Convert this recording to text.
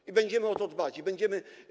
I będziemy o to dbać i będziemy.